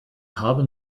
haben